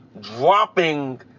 dropping